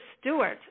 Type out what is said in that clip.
Stewart